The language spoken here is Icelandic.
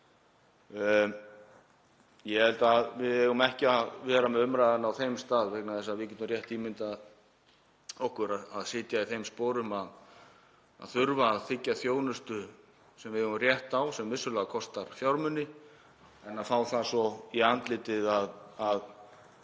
Ég held að við eigum ekki að vera með umræðuna á þeim stað vegna þess að við getum rétt ímyndað okkur að vera í þeim sporum að þurfa að þiggja þjónustu sem við eigum rétt á, sem vissulega kostar fjármuni, og fá það svo í andlitið að